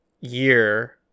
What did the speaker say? year